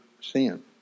sin